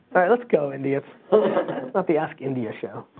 alright let's go, india. it's not the ask india show.